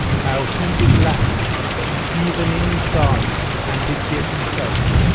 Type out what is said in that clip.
how he did lap me even in his garments, and did give himself,